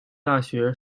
大学